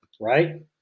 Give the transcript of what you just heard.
right